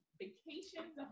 vacations